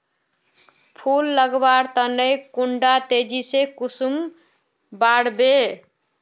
फुल लगवार तने कुंडा तेजी से कुंसम बार वे?